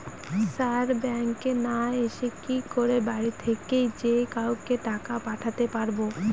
Sir ব্যাঙ্কে না এসে কি করে বাড়ি থেকেই যে কাউকে টাকা পাঠাতে পারবো?